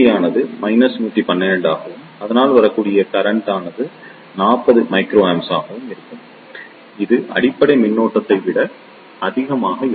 41k மின்னழுத்த ஆதாயம் இப்பொழுது கரண்ட் ஆனது இது அடிப்படை மின்னோட்டத்தை விட அதிகமாக இல்லை